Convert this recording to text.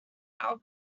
our